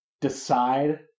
decide